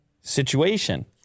situation